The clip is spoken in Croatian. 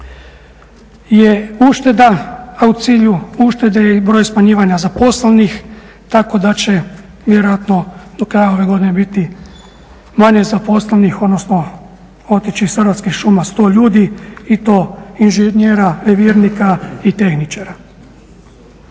je ušteda, a u cilju uštede je i broj smanjivanja zaposlenih, tako da će vjerojatno do kraja ove godine biti manje zaposlenih, odnosno otići iz Hrvatskih šuma 100 ljudi i to inžinjera, … i tehničara.